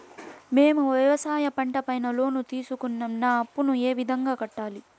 మేము వ్యవసాయ పంట పైన లోను తీసుకున్నాం నా అప్పును ఏ విధంగా కట్టాలి